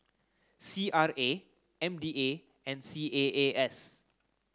C R A M D A and C A A S